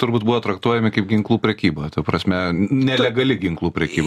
turbūt buvo traktuojami kaip ginklų prekyba ta prasme nelegali ginklų prekyba